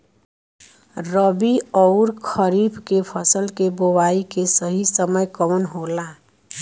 रबी अउर खरीफ के फसल के बोआई के सही समय कवन होला?